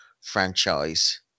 franchise